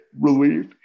relief